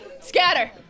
Scatter